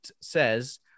says